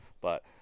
But-